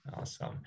awesome